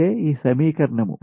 అంటే ఈ సమీకరణం